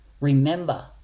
remember